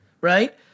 right